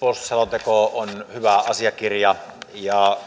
puolustusselonteko on hyvä asiakirja ja